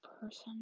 person